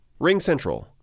RingCentral